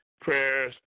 prayers